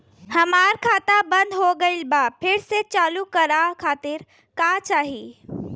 हमार खाता बंद हो गइल बा फिर से चालू करा खातिर का चाही?